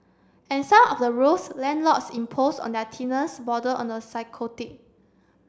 and some of the rules landlords impose on their border on the psychotic